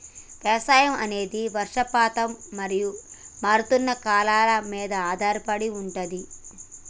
వ్యవసాయం అనేది వర్షపాతం మరియు మారుతున్న కాలాల మీద ఆధారపడి ఉంటది